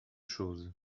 chose